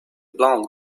blonde